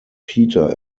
peter